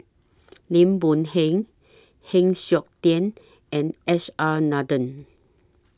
Lim Boon Heng Heng Siok Tian and S R Nathan